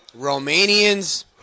Romanians